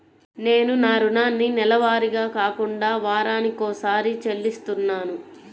నేను నా రుణాన్ని నెలవారీగా కాకుండా వారానికోసారి చెల్లిస్తున్నాను